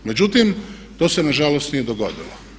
Međutim, to se nažalost nije dogodilo.